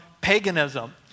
paganism